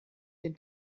den